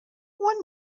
one